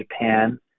Japan